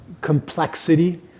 complexity